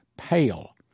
pale